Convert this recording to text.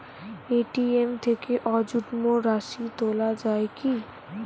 ATM থেকে অযুগ্ম রাশি তোলা য়ায় কি?